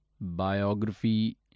Biography